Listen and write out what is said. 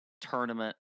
tournament